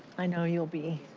i know you will be